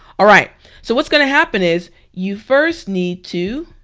alright so what's gonna happen is you first need to